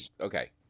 Okay